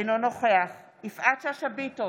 אינו נוכח יפעת שאשא ביטון,